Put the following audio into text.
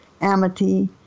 Amity